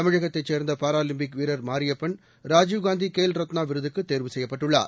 தமிழகத்தைச் சேர்ந்த பாராலிம்பிக் வீரர் மாரியப்பன் ராஜீவ்காந்தி கேல்ரத்னா விருதுக்கு தேர்வு செய்யப்பட்டுள்ளார்